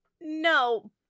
No